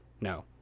No